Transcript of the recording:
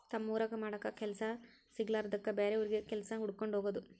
ತಮ್ಮ ಊರಾಗ ಮಾಡಾಕ ಕೆಲಸಾ ಸಿಗಲಾರದ್ದಕ್ಕ ಬ್ಯಾರೆ ಊರಿಗೆ ಕೆಲಸಾ ಹುಡಕ್ಕೊಂಡ ಹೊಗುದು